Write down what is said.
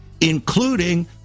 including